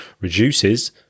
reduces